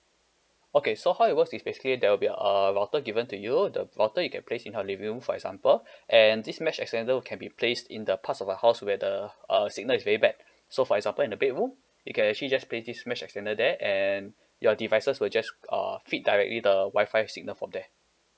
okay so how it works is basically there will be a router given to you the router you can place in your living room for example and this mesh extender can be placed in the parts of your house where the uh signal is very bad so for example in the bedroom you can actually just place this mesh extender there and your devices will just err feed directly the Wi-Fi signal from there